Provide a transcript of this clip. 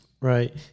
Right